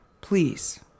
please